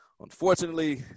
unfortunately